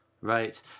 Right